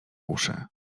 uszy